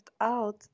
out